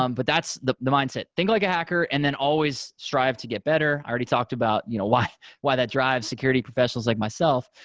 um but that's the the mindset. think like a hacker and then always strive to get better. i already talked about you know why why that drives security professionals like myself.